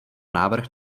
návrh